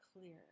clear